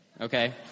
okay